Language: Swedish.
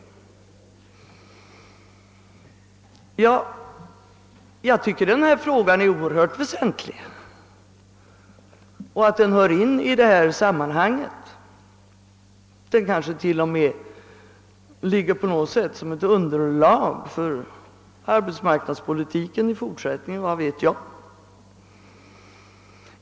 Jag tycker att denna fråga är oerhört väsentlig och att den hör till detta sammanhang. Den kanske t.o.m. kommer att utgöra något slags underlag för arbetsmarknadspolitiken i fortsättningen — vad vet jag?